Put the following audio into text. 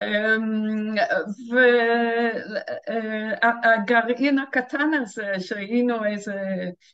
‫והגרעין הקטן הזה שהיינו איזה...